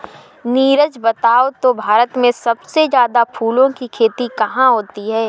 नीरज बताओ तो भारत में सबसे ज्यादा फूलों की खेती कहां होती है?